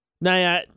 Nah